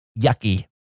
yucky